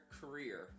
career